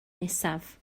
nesaf